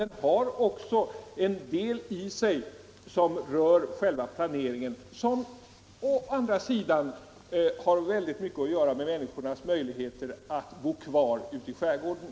Den innehåller också en del som rör själva planeringen, vilken har mycket att göra med människornas möjligheter att bo kvar i skärgården.